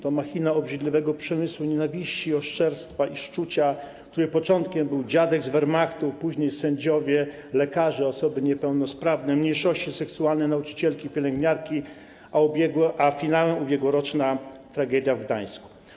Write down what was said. To machina obrzydliwego przemysłu nienawiści, oszczerstwa i szczucia, której początkiem był dziadek z Wehrmachtu, później byli sędziowie, lekarze, osoby niepełnosprawne, mniejszości seksualne, nauczycielki, pielęgniarki, a finałem była ubiegłoroczna tragedia w Gdańsku.